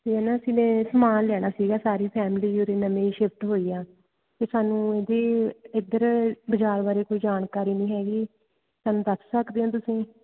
ਅਤੇ ਹੈ ਨਾ ਅਸੀਂ ਨੇ ਸਮਾਨ ਲੈਣਾ ਸੀਗਾ ਸਾਰੀ ਫੈਮਿਲੀ ਉਰੇ ਨਵੀਂ ਸ਼ਿਫਟ ਹੋਈ ਆ ਅਤੇ ਸਾਨੂੰ ਜੀ ਇੱਧਰ ਬਜ਼ਾਰ ਬਾਰੇ ਕੋਈ ਜਾਣਕਾਰੀ ਨਹੀਂ ਹੈਗੀ ਸਾਨੂੰ ਦੱਸ ਸਕਦੇ ਹਾਂ ਤੁਸੀਂ